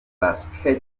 basketball